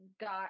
got